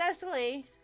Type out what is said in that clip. Cecily